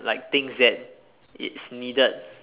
like things that it's needed